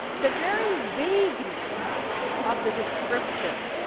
the very vagueness of the description